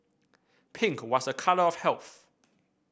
pink was a colour of health